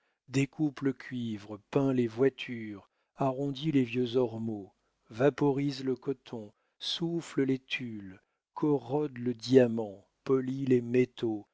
découpe le cuivre peint les voitures arrondit les vieux ormeaux vaporise le coton souffle les tulles corrode le diamant polit les métaux